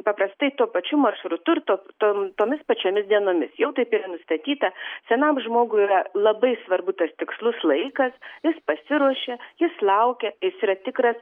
paprastai tuo pačiu maršrutu ir to tom tomis pačiomis dienomis jau taip yra nustatyta senam žmogui yra labai svarbu tas tikslus laikas jis pasiruošia jis laukia jis yra tikras